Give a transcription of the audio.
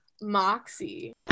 moxie